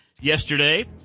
yesterday